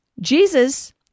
Jesus